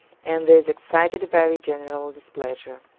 and this excited very general displeasure.